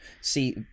see